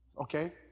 okay